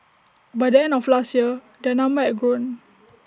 by the end of last year their number had grown